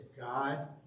God